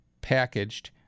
packaged